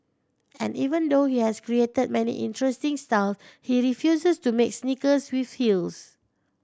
and even though he has created many interesting style he refuses to make sneakers with heels